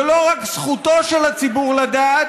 זה לא רק זכותו של הציבור לדעת,